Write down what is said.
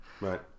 Right